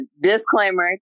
disclaimer